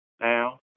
now